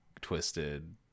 twisted